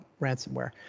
ransomware